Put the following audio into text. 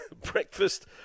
Breakfast